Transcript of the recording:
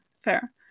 fair